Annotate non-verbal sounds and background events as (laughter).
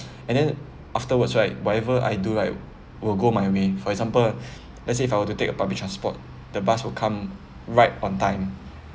and then afterwards right whatever I do right will go my way for example (breath) let's say if I were to take a public transport the bus will come right on time